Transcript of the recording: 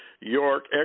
York